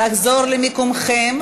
לחזור למקומכם,